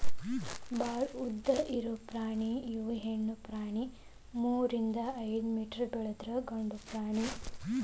ಭಾಳ ಉದ್ದ ಇರು ಪ್ರಾಣಿ ಇವ ಹೆಣ್ಣು ಪ್ರಾಣಿ ಮೂರರಿಂದ ಐದ ಮೇಟರ್ ಬೆಳದ್ರ ಗಂಡು ಪ್ರಾಣಿ ಆರ ಮೇಟರ್ ತನಾ ಬೆಳಿತಾವ